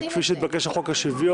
כפי שהתבקש על חוק השוויון,